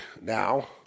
now